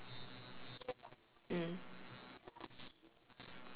mm